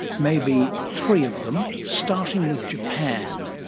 maybe three of them, starting with japan,